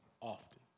often